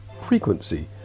frequency